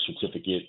certificate